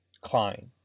Klein